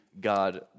God